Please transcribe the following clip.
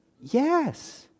yes